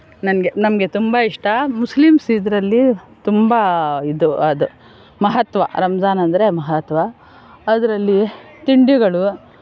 ನನಗೆ ನಮಗೆ ತುಂಬ ಇಷ್ಟ ಮುಸ್ಲಿಮ್ಸ್ ಇದರಲ್ಲಿ ತುಂಬ ಇದು ಅದು ಮಹತ್ವ ರಂಜಾನ್ ಅಂದರೆ ಮಹತ್ವ ಅದರಲ್ಲಿ ತಿಂಡಿಗಳು